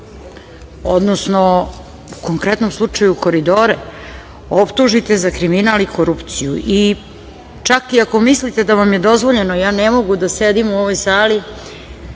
odnosno u konkretnom slučaju koridore optužite za kriminal i korupciju. Čak i ako mislite da vam je dozvoljeno, ja ne mogu da sedim u ovoj sali